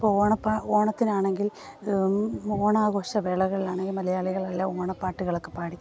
ഇപ്പോൾ ഓണത്തിനാണെങ്കിൽ ഓണാഘോഷ വേളകളിലാണെങ്കിൽ മലയാളികളെല്ലാം ഓണപ്പാട്ടുകളെക്കെ പാടി